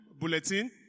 bulletin